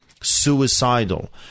suicidal